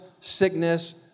sickness